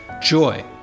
joy